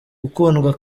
ukundwa